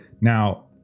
Now